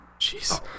jeez